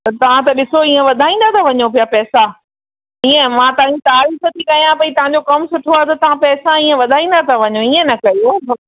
त तव्हां त ॾिसो इय वधाईंदा था वञो पिया पैसा इयं मां तव्हांजी तारीफ़ थी कयां पेई तव्हांजो कमु सुठो आहे त तव्हां पैसा इयं वधाईंदा था वञो इयं न कयो